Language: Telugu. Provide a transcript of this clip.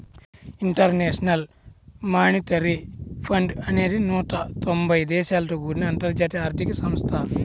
ఇంటర్నేషనల్ మానిటరీ ఫండ్ అనేది నూట తొంబై దేశాలతో కూడిన అంతర్జాతీయ ఆర్థిక సంస్థ